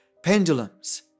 Pendulums